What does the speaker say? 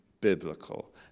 biblical